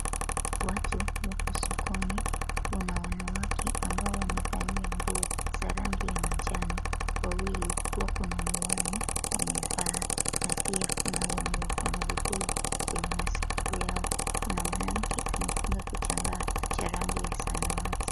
Watu wako sokoni kuna wanawake ambao wamevalia nguo za rangi ya manjano. Wawili wako na miwani wamevaa na pia kuna wenye wako na wako na vipuli kwenye masikio yao. Kuna mwanamke amefunga kitambaa cha rangi ya samawati.